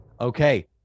Okay